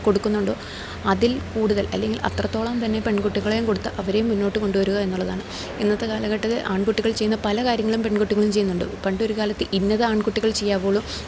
കൊടുക്കുന്നുണ്ടോ അതിൽ കൂടുതൽ അല്ലെങ്കിൽ അത്രത്തോളം തന്നെ പെൺകുട്ടികളേയും കൊടുത്ത് അവരേയും മുന്നോട്ട് കൊണ്ടുവരിക എന്നുള്ളതാണ് ഇന്നത്തെ കാലഘത്തിൽ ആൺകുട്ടികൾ ചെയ്യുന്ന പല കാര്യങ്ങളും പെൺകുട്ടികളും ചെയ്യുന്നുണ്ട് പണ്ടൊരു കാലത്ത് ഇന്നത് ആൺകുട്ടികൾ ചെയ്യാവൂള്ളു